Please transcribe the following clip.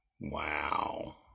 Wow